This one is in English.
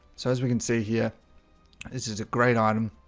so as we can see here, this is a great item